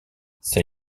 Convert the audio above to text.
ces